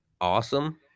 awesome